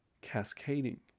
cascading